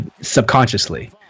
subconsciously